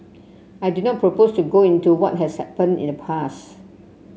I do not propose to go into what has happened in the past